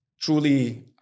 truly